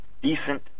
Decent